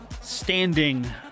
standing